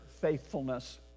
faithfulness